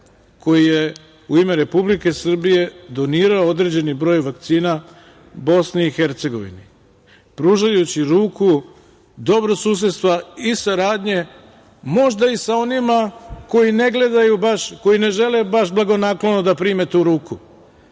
koji je u ime Republike Srbije donirao određeni broj vakcina Bosni i Hercegovini, pružajući ruku dobrosusedstva i saradnje možda i sa onima koji ne žele baš blagonaklono da prime tu ruku,